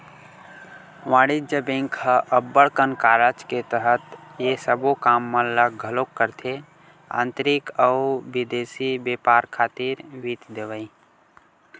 वाणिज्य बेंक ह अब्बड़ कन कारज के तहत ये सबो काम मन ल घलोक करथे आंतरिक अउ बिदेसी बेपार खातिर वित्त देवई